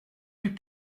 plus